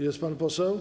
Jest pan poseł?